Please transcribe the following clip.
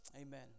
Amen